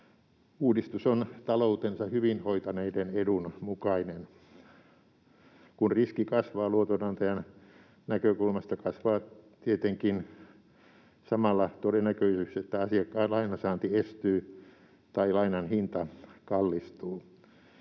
Uudistus on taloutensa hyvin hoitaneiden edun mukainen. Kun riski kasvaa luotonantajan näkökulmasta, kasvaa tietenkin samalla todennäköisyys, että asiakkaan lainansaanti estyy tai lainan hinta kallistuu.